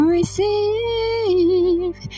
Receive